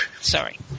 Sorry